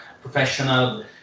professional